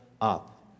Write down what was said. up